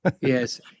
yes